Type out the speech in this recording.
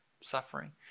suffering